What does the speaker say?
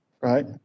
right